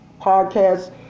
podcast